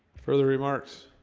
further remarks